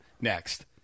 next